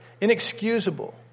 inexcusable